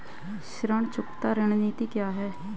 ऋण चुकौती रणनीति क्या है?